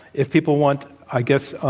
if people want, i guess,